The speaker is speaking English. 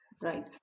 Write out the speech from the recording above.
Right